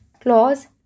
Clause